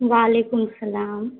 وعلیکم سلام